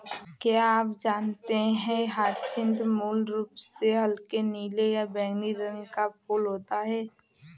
क्या आप जानते है ह्यचीन्थ मूल रूप से हल्के नीले या बैंगनी रंग का फूल होता है